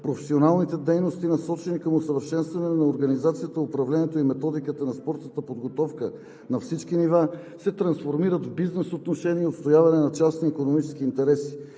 Професионалните дейности, насочени към усъвършенстване на организацията, управлението и методиката на спортната подготовка на всички нива, се трансформират в бизнес отношения и отстояване на частни икономически интереси.